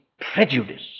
prejudice